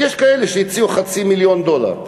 יש כאלה שהציעו חצי מיליון דולר.